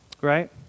Right